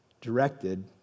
directed